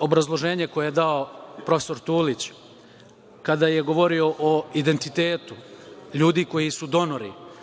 obrazloženje koje je dao profesor Tulić, kada je govorio o identitetu ljudi koji su donori,